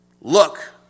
Look